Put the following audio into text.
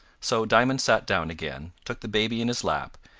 so diamond sat down again, took the baby in his lap,